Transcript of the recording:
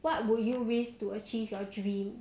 what would you risk to achieve your dream